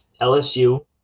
LSU